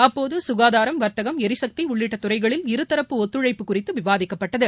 அப்போதுகாதாரம் வர்த்தகம் எரிசக்திஉள்ளிட்டதுறைகளில் இருதரப்பு ஒத்துழைப்பு குறித்துவிவாதிக்கப்பட்டது